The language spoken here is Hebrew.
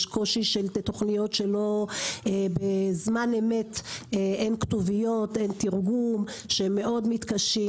יש קושי בתכניות שבזמן אמת אין כתוביות תרגום ומאוד מתקשים.